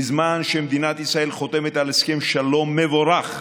בזמן שמדינת ישראל חותמת על הסכם שלום מבורך